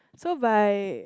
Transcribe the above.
so by